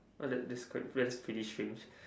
what that that's quite that's pretty strange